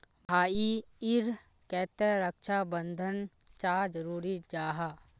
भाई ईर केते रक्षा प्रबंधन चाँ जरूरी जाहा?